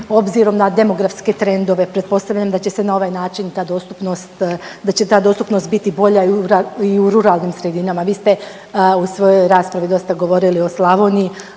Obzirom na demografske trendove pretpostavljam da će se na ovaj način ta dostupnost, da će ta dostupnost biti bolja i u ruralnim sredinama. Vi ste u svojoj raspravi dosta govorili o Slavoniji.